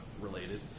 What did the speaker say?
related